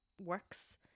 works